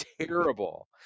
terrible